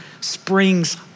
springs